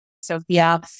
Sophia